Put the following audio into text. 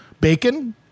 bacon